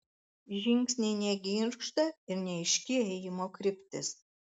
žingsniai negirgžda ir neaiški ėjimo kryptis